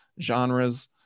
genres